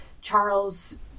Charles